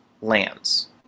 lands